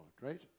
right